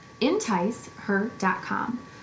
enticeher.com